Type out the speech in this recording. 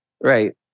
Right